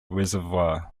reservoir